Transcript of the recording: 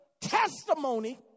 testimony